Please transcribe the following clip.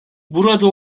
burada